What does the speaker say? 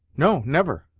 no never!